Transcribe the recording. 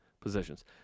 positions